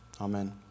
Amen